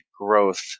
growth